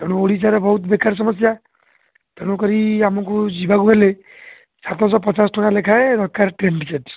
ତେଣୁ ଓଡ଼ିଶାରେ ବହୁତ ବେକାର ସମସ୍ୟା ତେଣୁ କରି ଆମକୁ ଯିବାକୁ ହେଲେ ସାତଶହ ପଚାଶ ଟଙ୍କା ଲେଖାଏଁ ଦରକାର ଟ୍ରେନ୍ ଟିକେଟ୍